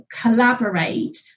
collaborate